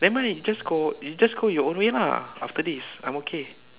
nevermind you just go you just go your own way lah after this I'm okay